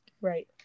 Right